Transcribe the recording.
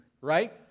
right